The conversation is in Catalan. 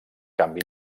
canvi